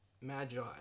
magi